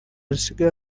rusigaye